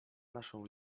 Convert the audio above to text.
naszą